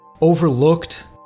overlooked